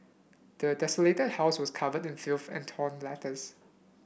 the desolated house was covered in filth and torn letters